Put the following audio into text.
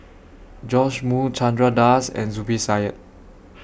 Joash Moo Chandra Das and Zubir Said